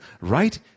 right